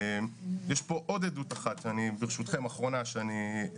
יש פה עוד עדות אחת, ברשותכם, אחרונה שאקרא.